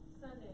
Sunday